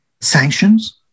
sanctions